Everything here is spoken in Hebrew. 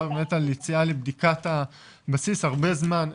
על יציאה של בדיקת הבסיס הרבה זמן.